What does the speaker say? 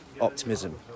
optimism